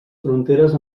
fronteres